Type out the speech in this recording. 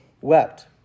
wept